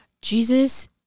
Jesus